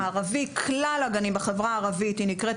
במגזר הערבי כלל הגנים בחברה הערבית, היא נקראת